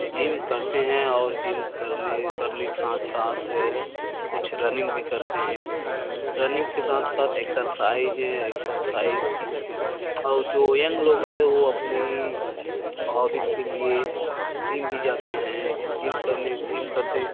gym करते हैं और जिम करने करने के साथ साथ कुछ रनिंग भी करते हैं रनिंग के साथ साथ एक्सरसाइज एक्सारसाइज भी करते हैं और जो यंग लोग है वो अपनी हॉबीज़ के लिए जिम भी जाते हैं जिम करने जिम करते